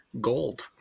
gold